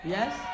Yes